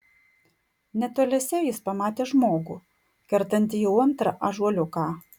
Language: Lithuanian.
netoliese jis pamatė žmogų kertantį jau antrą ąžuoliuką